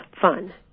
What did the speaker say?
fun